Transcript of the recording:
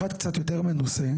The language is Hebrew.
אחד קצת יותר מנוסה,